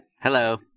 Hello